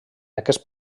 aquest